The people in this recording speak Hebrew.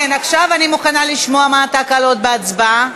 כן, עכשיו אני מוכנה לשמוע מה התקלות בהצבעה.